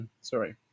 sorry